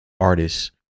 artists